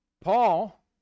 Paul